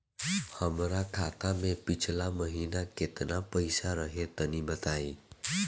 हमरा खाता मे पिछला महीना केतना पईसा रहे तनि बताई?